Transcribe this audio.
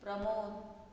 Pramod